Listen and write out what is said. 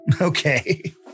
Okay